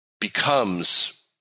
becomes